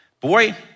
boy